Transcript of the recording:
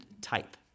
type